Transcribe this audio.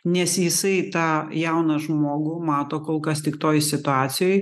nes jisai tą jauną žmogų mato kol kas tik toj situacijoj